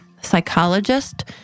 psychologist